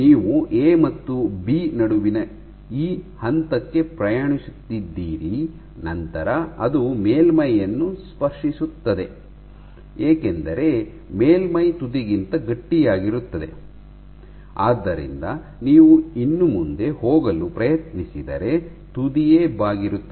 ನೀವು ಎ ಮತ್ತು ಬಿ ನಡುವಿನ ಈ ಹಂತಕ್ಕೆ ಪ್ರಯಾಣಿಸುತ್ತಿದ್ದೀರಿ ನಂತರ ಅದು ಮೇಲ್ಮೈಯನ್ನು ಸ್ಪರ್ಶಿಸುತ್ತದೆ ಏಕೆಂದರೆ ಮೇಲ್ಮೈ ತುದಿಗಿಂತ ಗಟ್ಟಿಯಾಗಿರುತ್ತದೆ ಆದ್ದರಿಂದ ನೀವು ಇನ್ನೂ ಮುಂದೆ ಹೋಗಲು ಪ್ರಯತ್ನಿಸಿದರೆ ತುದಿಯೇ ಬಾಗಿರುತ್ತದೆ